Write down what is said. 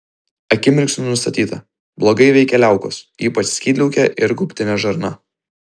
akimirksniu nustatyta blogai veikia liaukos ypač skydliaukė ir gaubtinė žarna